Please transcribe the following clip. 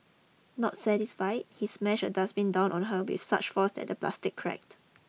not satisfied he smashed a dustbin down on her with such force that the plastic cracked